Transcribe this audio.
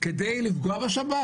כדי לפגוע בשבת.